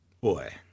boy